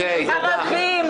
ערבים,